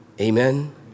Amen